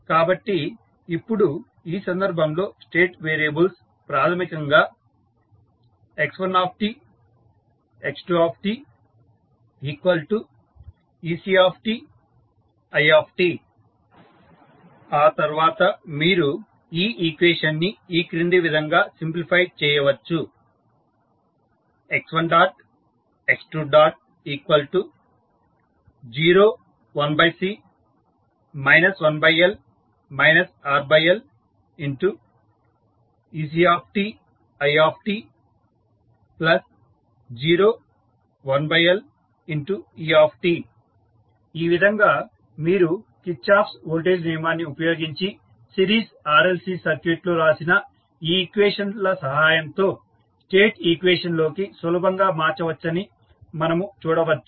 కాబట్టి ఇప్పుడు ఈ సందర్భంలో స్టేట్ వేరియబుల్స్ ప్రాథమికంగా x1 x2 ec i ఆ తర్వాత మీరు ఈ ఈక్వేషన్ ని ఈ క్రింది విధంగా సింప్లిఫై చేయవచ్చు x1 x2 0 1C 1L RL ec i 0 1L et ఈ విధంగా మీరు కిర్చాఫ్స్ వోల్టేజ్ నియమాన్ని ఉపయోగించి సిరీస్ RLC సర్క్యూట్ లో రాసిన ఈ ఈక్వేషన్ ల సహాయంతో స్టేట్ ఈక్వేషన్ లోకి సులభంగా మార్చవచ్చని మనము చూడవచ్చు